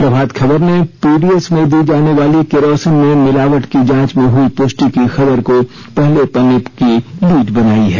प्रभात खबर ने पीडीएस में दी जाने वाली केरोसिन में मिलावट की जांच में हुई पुष्टि की खबर को पहले पन्ने की लीड बनायी है